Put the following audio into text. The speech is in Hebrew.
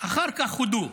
אחר כך הודו,